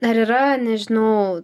ar yra nežinau